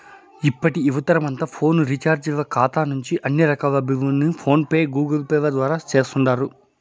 ఇప్పటి యువతరమంతా ఫోను రీచార్జీల కాతా నుంచి అన్ని రకాల బిల్లుల్ని ఫోన్ పే, గూగుల్పేల ద్వారా సేస్తుండారు